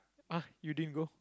!huh! you didn't go